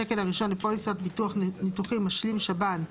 השקל הראשון לפוליסת ביטוח ניתוחים משלים שב"ן,